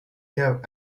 have